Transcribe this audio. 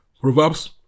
Proverbs